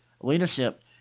leadership